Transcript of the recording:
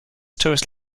tourist